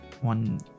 one